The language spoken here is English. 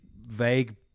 vague